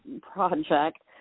project